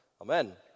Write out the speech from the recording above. Amen